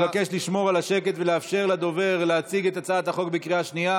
אני מבקש לשמור על השקט ולאפשר לדובר להציג את הצעת החוק לקריאה שנייה.